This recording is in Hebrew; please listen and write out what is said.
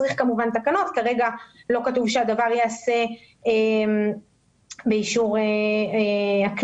כרגע לא כתוב שהדבר ייעשה באישור הכנסת.